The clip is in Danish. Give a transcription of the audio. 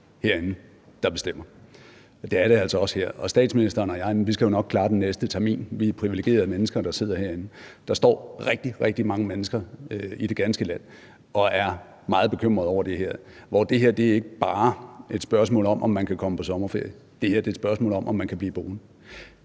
herinde, der bestemmer, og det er det altså også her. Statsministeren og jeg skal jo nok klare den næste termin; vi er privilegerede mennesker, der sidder herinde. Der står rigtig, rigtig mange mennesker i det ganske land og er meget bekymrede over det her. Det her er ikke bare et spørgsmål om, om man kan komme på sommerferie. Det her er et spørgsmål om, om man kan blive boende.